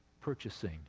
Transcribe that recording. purchasing